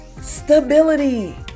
stability